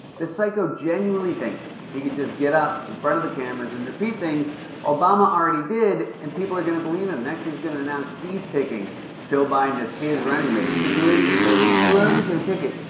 this psycho genuinely thinks he just get up in front of the cameras and repeat things obama already did, and people are gonna believe him. next, he's going to announce he's picking joe biden as his running mate. it's weird he's attacking me. we're on the same ticket!